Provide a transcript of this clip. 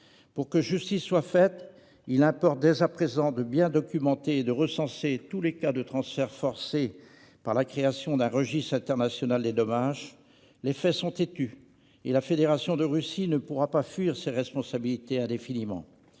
Pour que justice soit faite, il importe dès à présent de bien documenter et de recenser tous les cas de transferts forcés par la création d'un registre international des dommages. Les faits sont têtus et la Fédération de Russie ne pourra fuir ses responsabilités indéfiniment.